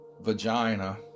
vagina